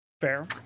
Fair